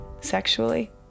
sexually